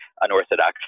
unorthodox